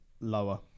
lower